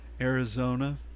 Arizona